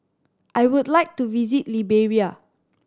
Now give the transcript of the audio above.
I would like to visit Liberia